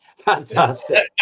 fantastic